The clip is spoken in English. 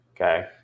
okay